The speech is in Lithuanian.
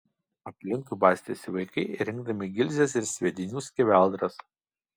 aplinkui bastėsi vaikai rinkdami gilzes ir sviedinių skeveldras